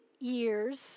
years